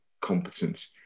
competent